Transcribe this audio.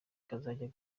kazajya